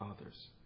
others